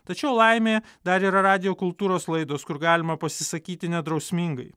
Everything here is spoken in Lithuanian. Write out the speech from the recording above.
tačiau laimė dar yra radijo kultūros laidos kur galima pasisakyti nedrausmingai